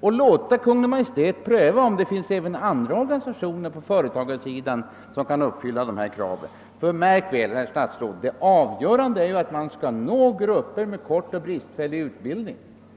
och låta Kungl. Maj:t pröva om det finns även andra organisationer på företagarsidan som kan uppfylla kraven? Ty märk väl, herr statsråd, att det avgörande är att man skall nå grupper med kort och bristfällig utbildning.